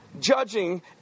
judging